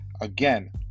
Again